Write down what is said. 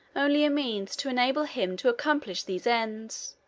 only a means to enable him to accomplish these ends.